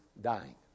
dying